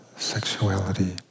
Sexuality